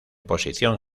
posición